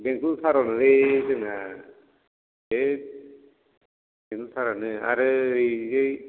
बेंटल थारावनोलै जोंना बै बेंटल थारावनो आरो ओरैजाय